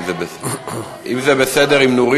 אם זה בסדר עם נורית,